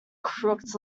crooked